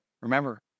Remember